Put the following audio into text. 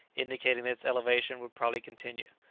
indicating that its elevation would probably continue.